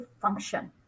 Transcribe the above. function